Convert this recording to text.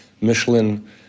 Michelin